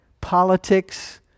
Politics